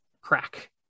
crack